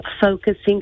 focusing